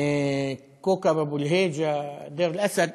כאוכב אבו-אלהיג'א ודיר-אל-אסד.